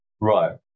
Right